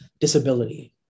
disability